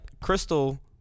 Crystal